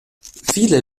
viele